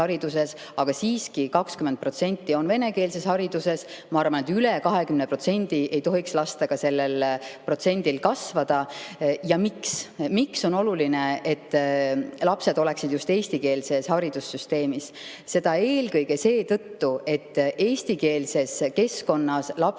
haridussüsteemis, aga 20% on siiski venekeelses haridussüsteemis. Ma arvan, et üle 20% ei tohiks lasta sellel protsendil kasvada. Ja miks? Miks on oluline, et lapsed oleksid just eestikeelses haridussüsteemis? Eelkõige seetõttu, et eestikeelses keskkonnas õpivad